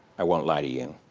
i won't lie to you.